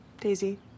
Daisy